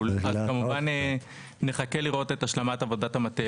אז כמובן נחכה לראות את השלמת עבודת המטה.